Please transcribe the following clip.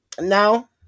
now